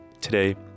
Today